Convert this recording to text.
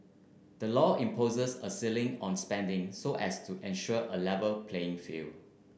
the law imposes a ceiling on spending so as to ensure A Level playing field